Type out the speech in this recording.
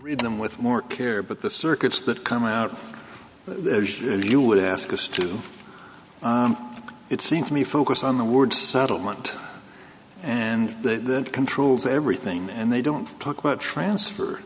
read them with more care but the circuits that come out you would ask us to it seems to me focus on the word settlement and the controls everything and they don't talk quite a transfer